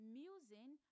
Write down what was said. musing